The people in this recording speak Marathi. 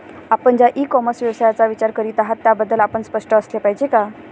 आपण ज्या इ कॉमर्स व्यवसायाचा विचार करीत आहात त्याबद्दल आपण स्पष्ट असले पाहिजे का?